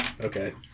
Okay